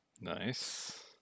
Nice